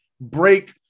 break